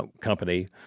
Company